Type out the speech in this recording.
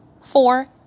four